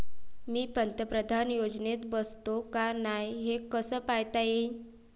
मी पंतप्रधान योजनेत बसतो का नाय, हे कस पायता येईन?